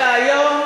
והיום,